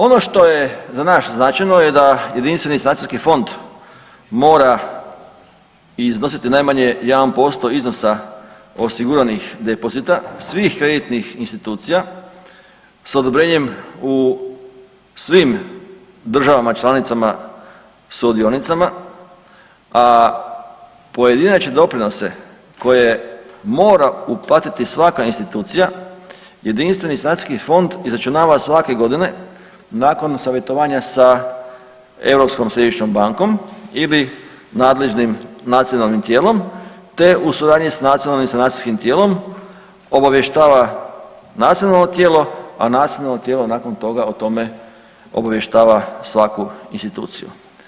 Ono što je za nas značajno je da je Jedinstveni sanacijski fond mora iznositi najmanje 1% iznosa osiguranih depozita svih kreditnih institucija s odobrenjem u svim državama članicama sudionicama, a pojedinačne doprinose koje mora uplatiti svaka institucija jedinstveni sanacijski fond izračunava svake godine nakon savjetovanja sa Europskom središnjom bankom ili nadležnim nacionalnim tijelom te u suradnji s nacionalnim sanacijskim tijelom obavještava nacionalno tijelo, a nacionalno tijelo nakon toga o tome obavještava svaku instituciju.